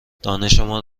دانشمان